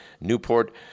Newport